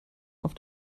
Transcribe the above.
auf